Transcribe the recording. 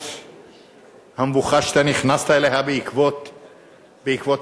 שלמרות המבוכה שאתה נכנסת אליה בעקבות ניצחונך,